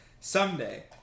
Someday